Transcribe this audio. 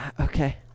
Okay